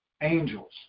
angels